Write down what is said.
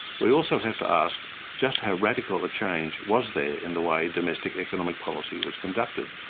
we also have to ask just how radical a change was there in the way domestic economic policy was conducted.